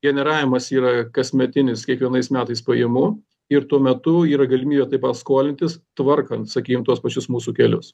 generavimas yra kasmetinis kiekvienais metais pajamų ir tuo metu yra galimybė taip pa skolintis tvarkant sakykim tuos pačius mūsų kelius